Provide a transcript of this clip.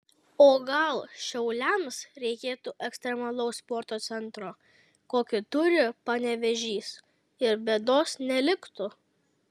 o gal šiauliams reikėtų ekstremalaus sporto centro kokį turi panevėžys ir bėdos neliktų